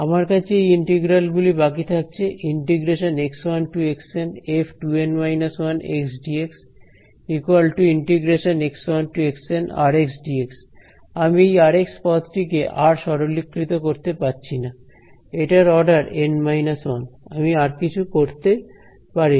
আমার কাছে এই ইন্টিগ্রাল গুলি বাকি থাকছে f 2N−1dxrdx আমি এই r পদটিকে আর সরলীকৃত করতে পারছিনা এটার অর্ডার N 1 আমি আর কিছু করতে পারি না